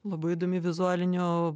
labai įdomi vizualinio